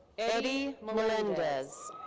eddie melendez.